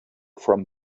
from